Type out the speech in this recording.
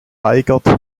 weigert